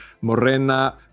Morena